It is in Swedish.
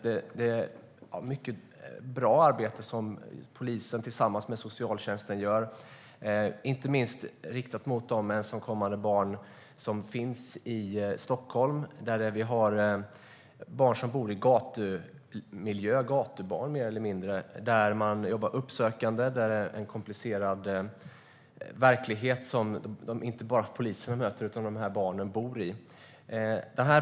Det var ett mycket bra arbete som polisen tillsammans med socialtjänsten utförde. Det gäller inte minst det arbete som riktades mot de ensamkommande barn som finns i Stockholm. Här finns mer eller mindre gatubarn. Det är en komplicerad verklighet som polisen möter och som dessa barn lever i.